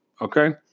Okay